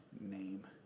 name